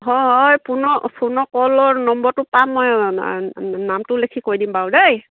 হয় হয় পুনৰ ফোনৰ কলৰ নম্বৰটোৰপৰা মই নামটো লিখি কৈ দিম বাৰু দেই